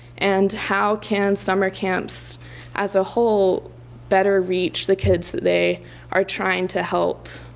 and how can summer camps as a whole better reach the kids that they are trying to help,